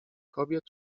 kobiet